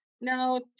Now